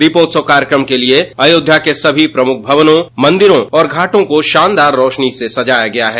दीपोत्सव कार्यक्रम के लिए अयोध्या के सभी प्रमुख भवनों मंदिरों और घाटों को शानदार रोशनी से सजाया गया है